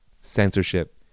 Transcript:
censorship